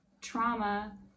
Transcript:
trauma